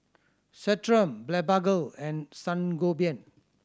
Centrum Blephagel and Sangobion